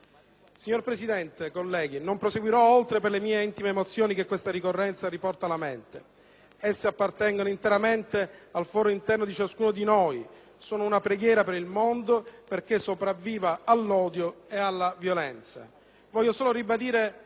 Signora Presidente, colleghi, non proseguirò oltre per le intime emozioni che questa ricorrenza mi riporta alla mente: esse appartengono interamente al foro interno di ciascuno di noi, sono una preghiera per il mondo, perché sopravviva all'odio e alla violenza. Voglio solo ribadire